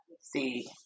see